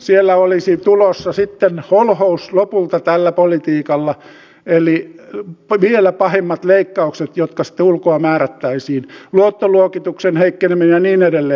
siellä olisi tulossa sitten holhous lopulta tällä politiikalla eli vielä pahemmat leikkaukset jotka sitten ulkoa määrättäisiin luottoluokituksen heikkeneminen ja niin edelleen